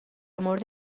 مورد